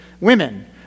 women